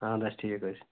اَہَن حظ ٹھیٖک حظ چھُ